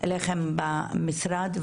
אליכם במשרד,